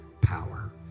power